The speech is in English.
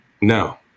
No